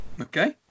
Okay